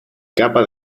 capa